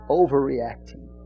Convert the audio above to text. overreacting